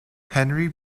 henry